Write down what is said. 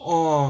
orh